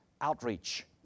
outreach